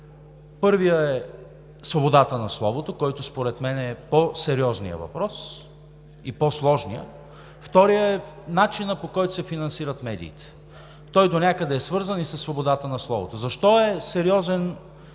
Първият е свободата на словото, който според мен е по-сериозният и по-сложният въпрос. Вторият е начинът, по който се финансират медиите. Той донякъде е свързан и със свободата на словото. Защо е сериозен въпросът